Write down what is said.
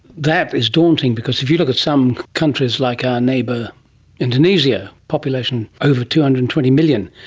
that is daunting because if you look at some countries like our neighbour indonesia, population over two hundred and twenty million,